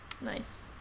Nice